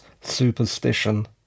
superstition